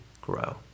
grow